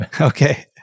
Okay